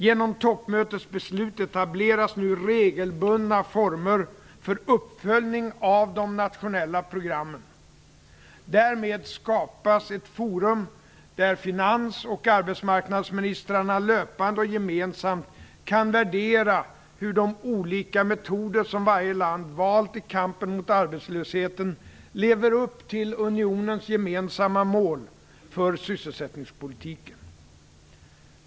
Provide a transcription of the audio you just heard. Genom toppmötets beslut etableras nu regelbundna former för uppföljning av de nationella programmen. Därmed skapas ett forum där finans och arbetsmarknadsministrarna löpande och gemensamt kan värdera hur de olika metoder som varje land valt i kampen mot arbetslösheten lever upp till unionens gemensamma mål för sysselsättningspolitiken.